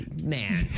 man